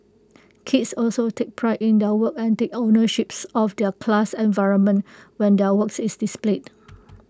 kids also take pride in their work and take ownership of their class environment when their work is displayed